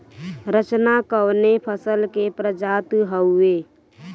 रचना कवने फसल के प्रजाति हयुए?